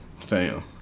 Fam